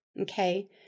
okay